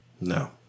No